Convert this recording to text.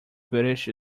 british